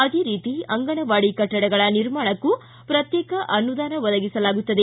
ಅದೇ ರೀತಿ ಅಂಗನವಾಡಿ ಕಟ್ಟಡಗಳ ನಿರ್ಮಾಣಕ್ಕೂ ಪ್ರತ್ಯೇಕ ಅನುದಾನ ಒದಗಿಸಲಾಗುತ್ತದೆ